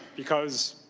because